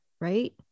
right